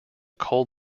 coal